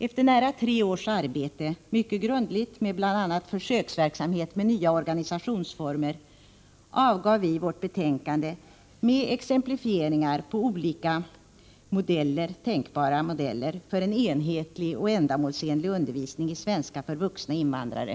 Efter nära tre års arbete, vilket var mycket grundligt med bl.a. försöksverksamhet i nya organisationsformer, avgav vi vårt betänkande med exemplifieringar på olika tänkbara modeller för en enhetlig och ändamålsenlig undervisning i svenska för vuxna invandrare.